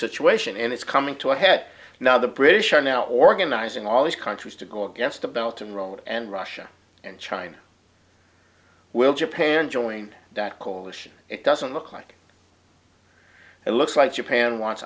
situation and it's coming to a head now the british are now organizing all these countries to go against the belt and rolled and russia and china will japan join that coalition it doesn't look like it looks like japan wa